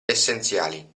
essenziali